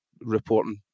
reporting